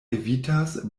evitas